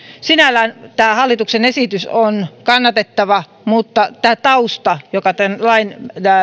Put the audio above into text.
sinällään tämä hallituksen esitys on kannatettava mutta tämä tausta joka tämän lain